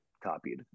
copied